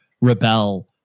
rebel